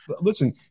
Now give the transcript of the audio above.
listen